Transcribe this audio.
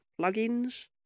plugins